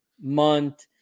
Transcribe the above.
month